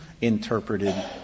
interpreted